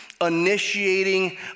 initiating